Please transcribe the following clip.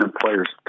players